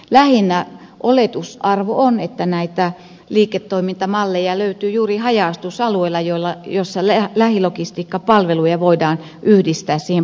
lähinnä oletusarvo on että näitä liiketoimintamalleja löytyy juuri haja asutusalueilla joilla lähilogistiikkapalveluja voidaan yhdistää postinjakeluun